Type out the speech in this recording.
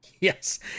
yes